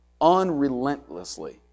unrelentlessly